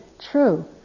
true